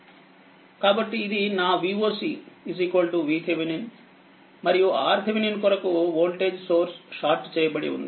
కాబట్టిఇది నాVoc VTheveninమరియుRTheveninకొరకువోల్టేజ్ సోర్స్ షార్ట్ చేయబడి వుంది